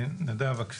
נדב, בבקשה.